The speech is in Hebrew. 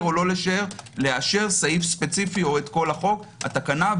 או לא לאשר סעיף ספציפי או את כל החוק או התקנה.